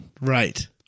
Right